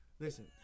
Listen